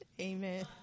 Amen